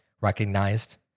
recognized